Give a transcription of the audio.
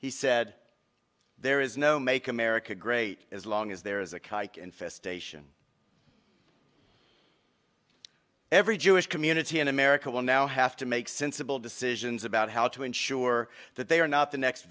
he said there is no make america great as long as there is a kike infestation every jewish community in america will now have to make sensible decisions about how to ensure that they are not the next